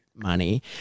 Money